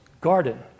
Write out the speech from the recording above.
garden